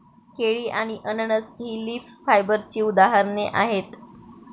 केळी आणि अननस ही लीफ फायबरची उदाहरणे आहेत